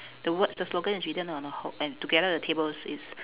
the words the slogan is written on a wh~ and together with the tables is